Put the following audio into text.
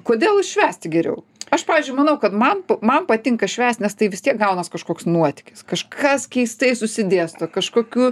kodėl švęsti geriau aš pavyzdžiui manau kad man man patinka švęst nes tai vis tiek gaunas kažkoks nuotykis kažkas keistai susidėsto kažkokių